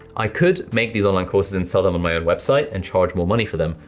i could make these online courses and sell them on my own website, and charge more money for them,